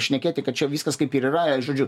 šnekėti kad čia viskas kaip ir yra žodžiu